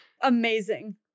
Amazing